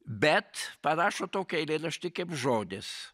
bet parašo tokį eilėraštį kaip žodis